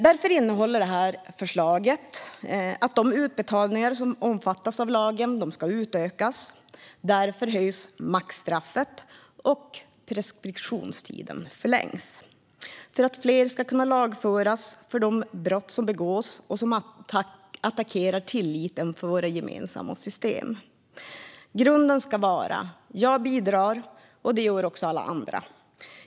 Därför innehåller förslaget att de utbetalningar som omfattas av lagen ska utökas, därför höjs maxstraffet och preskriptionstiden förlängs. Det görs för att fler ska kunna lagföras för de brott som begås som attackerar tilliten för våra gemensamma system. Grunden ska vara: Jag bidrar, och det gör också alla andra.